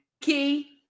key